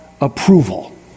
approval